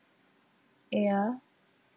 ya